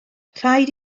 rhaid